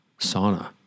sauna